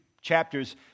chapters